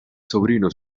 sobrino